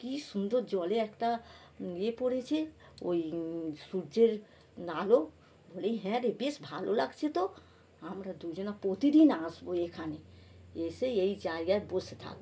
কি সুন্দর জলে একটা ইয়ে পড়েছে ওই সূর্যের নালক বলেই হ্যাঁ রে বেশ ভালো লাগছে তো আমরা দুইজনা প্রতিদিন আসবো এখানে এসে এই জায়গায় বসে থাকবো